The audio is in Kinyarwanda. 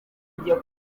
kuko